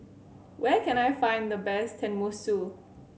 where can I find the best Tenmusu